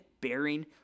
bearing